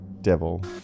devil